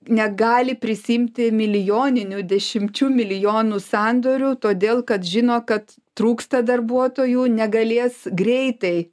negali prisiimti milijoninių dešimčių milijonų sandorių todėl kad žino kad trūksta darbuotojų negalės greitai